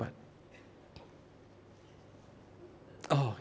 but oh